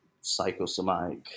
psychosomatic